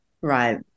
Right